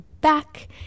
back